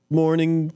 morning